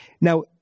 now